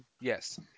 Yes